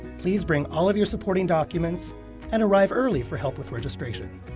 please bring all of your supporting documents and arrive early for help with registration.